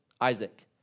Isaac